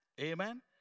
Amen